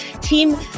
team